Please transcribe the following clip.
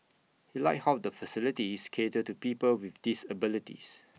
he liked how the facilities cater to people with disabilities